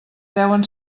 deuen